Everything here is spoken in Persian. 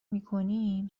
میکنیم